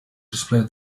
display